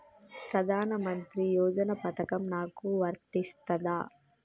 ప్రధానమంత్రి యోజన పథకం నాకు వర్తిస్తదా?